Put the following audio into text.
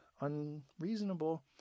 unreasonable